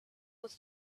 was